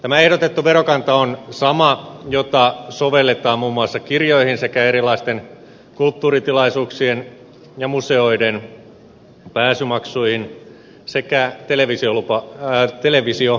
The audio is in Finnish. tämä ehdotettu verokanta on sama jota sovelletaan muun muassa kirjoihin sekä erilaisten kulttuuritilaisuuksien ja museoiden pääsymaksuihin sekä televisiomaksuihin